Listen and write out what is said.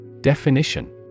Definition